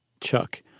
Chuck